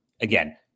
Again